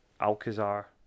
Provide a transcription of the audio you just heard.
Alcazar